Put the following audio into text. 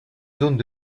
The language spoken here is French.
zones